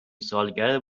سالگرد